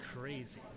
crazy